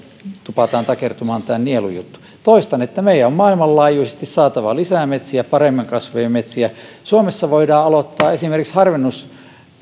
tupataan takertumaan tämä nielujuttu toistan meidän on maailmanlaajuisesti saatava lisää metsiä paremmin kasvavia metsiä suomessa voidaan aloittaa esimerkiksi